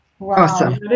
Awesome